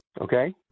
Okay